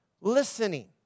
Listening